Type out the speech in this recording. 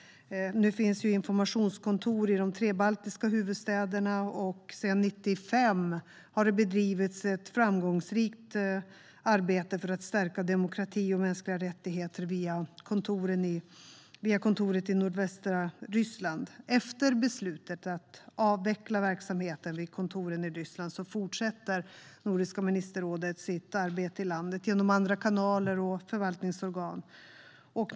Nu finns informationskontor i de tre baltiska huvudstäderna, och sedan 1995 har det bedrivits ett framgångsrikt arbete för att stärka demokrati och mänskliga rättigheter via kontoren i nordvästra Ryssland. Efter beslutet att avveckla verksamheten vid kontoren i Ryssland fortsätter Nordiska ministerrådet sitt arbete i landet genom andra kanaler och förvaltningsorgan.